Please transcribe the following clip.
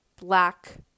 black